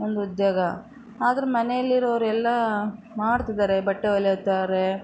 ಒಂದು ಉದ್ಯೋಗ ಆದ್ರೆ ಮನೆಯಲ್ಲಿರೋರು ಎಲ್ಲ ಮಾಡ್ತಿದಾರೆ ಬಟ್ಟೆ ಹೊಲಿಯುತ್ತಾರೆ